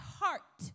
heart